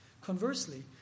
Conversely